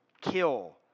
kill